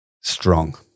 strong